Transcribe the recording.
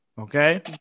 Okay